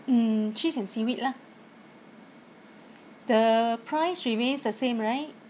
mm cheese and seaweed lah the price remains the same right